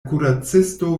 kuracisto